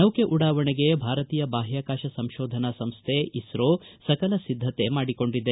ನೌಕೆ ಉಡಾವಣೆಗೆ ಭಾರತೀಯ ಬಾಹ್ವಾಕಾಶ ಸಂಶೋಧನಾ ಸಂಶ್ವೆ ಇಸ್ತೋ ಸಕಲ ಸಿದ್ದತೆ ಮಾಡಿಕೊಂಡಿದೆ